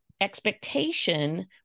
Expectation